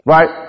Right